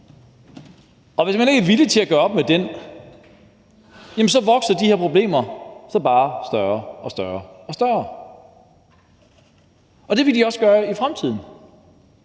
og hvis man ikke er villig til at gøre op med den politik, jamen så vokser de her problemer sig bare større og større, og det vil de også gøre i fremtiden.